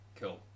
Cool